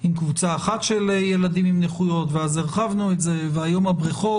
עם קבוצה אחת של ילדים עם נכויות ואז הרחבנו את זה והיום הבריכות.